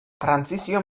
trantsizio